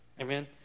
Amen